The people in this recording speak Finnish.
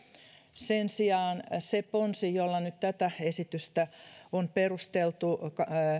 sen sijaan siihen ponteen jolla tätä esitystä on nyt perusteltu